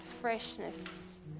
freshness